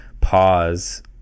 pause